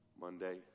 Monday